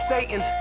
Satan